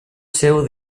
seu